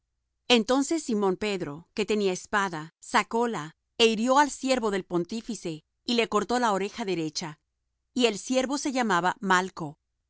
entonces simón pedro que tenía espada sacóla é hirió al siervo del pontífice y le cortó la oreja derecha y el siervo se llamaba malco